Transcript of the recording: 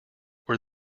were